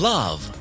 Love